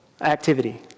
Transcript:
activity